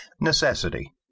Necessity